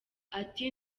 ati